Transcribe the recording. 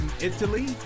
Italy